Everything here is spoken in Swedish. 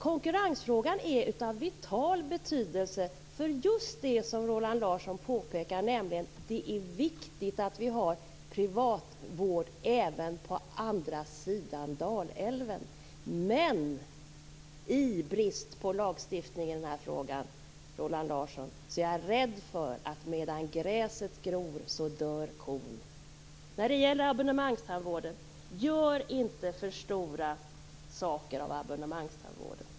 Konkurrensfrågan är av vital betydelse för just det som Roland Larsson påpekar, nämligen att det är viktigt att vi har privatvård även på andra sidan Dalälven. Men i brist på lagstiftning i denna fråga, Roland Larsson, är jag rädd för att medan gräset gror dör kon. Gör inte en för stor sak av abonnemangstandvården.